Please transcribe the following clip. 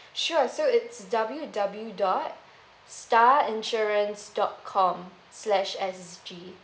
sure so it's W W dot star insurance dot com slash S G